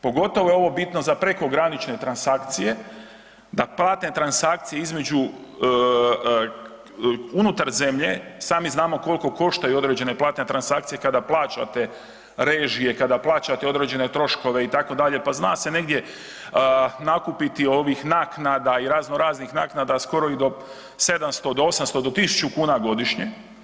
Pogotovo je ovo bitno za prekogranične transakcije, da platne transakcije između unutar zemlje, sami znamo koliko koštaju određene platne transakcije kada plaćate režije, kada plaćate određene troškove, itd., pa zna se negdje nakupiti ovih naknada i razno raznih naknada skoro i do 700 do 800, do 1000 kuna godišnje.